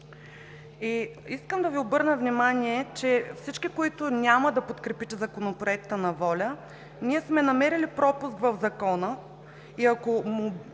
Искам да Ви обърна внимание, че всички, които няма да подкрепите Законопроекта на „Воля“, ние сме намерили пропуск в Закона и, ако го